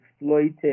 exploited